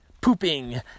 pooping